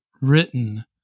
written